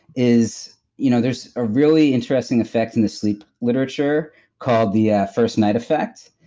is you know there's a really interesting effect in the sleep literature called the yeah first night effect.